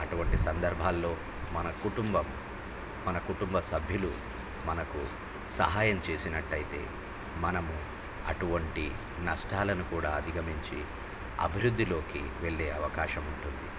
అటువంటి సందర్భాల్లో మన కుటుంబం మన కుటుంబ సభ్యులు మనకు సహాయం చేసినట్టయితే మనము అటువంటి నష్టాలను కూడా అధిగమించి అభివృద్ధిలోకి వెళ్ళే అవకాశం ఉంటుంది